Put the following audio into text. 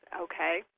okay